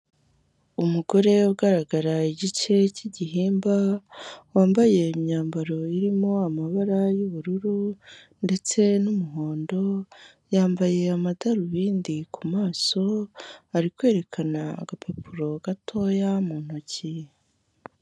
Umugore ugaragara igice cy'igihimba, wambaye imyambaro irimo amabara y'ubururu ndetse n'umuhondo, yambaye amadarubindi ku maso, ari kwerekana agapapuro gatoya mu ntoki.